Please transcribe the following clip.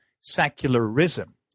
secularism